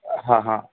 હા હા